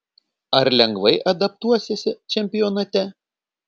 ar lengvai adaptuosiesi čempionate